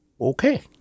Okay